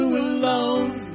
alone